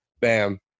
Bam